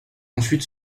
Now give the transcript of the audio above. ensuite